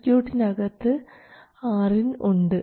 സർക്യൂട്ടിന് അകത്ത് Rin ഉണ്ട്